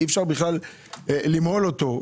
אי אפשר למהול אותו,